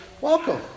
welcome